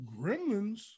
Gremlins